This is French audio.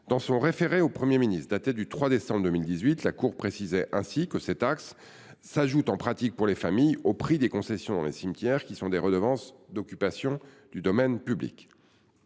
Dans son référé au Premier ministre daté du 3 décembre 2018, la Cour précisait ainsi que « ces taxes s’ajoutent, en pratique, pour les familles, au prix des concessions dans les cimetières, qui sont des redevances d’occupation du domaine public